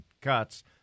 cuts